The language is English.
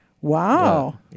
Wow